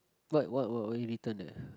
what what what what you written there